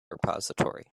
repository